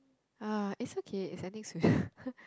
ah is okay is ending soon